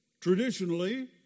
traditionally